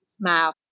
smile